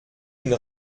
d’une